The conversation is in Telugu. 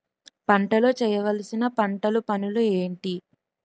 పంటలో చేయవలసిన పంటలు పనులు ఏంటి?